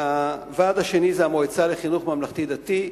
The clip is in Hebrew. הוועד השני זה המועצה לחינוך ממלכתי-דתי,